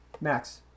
Max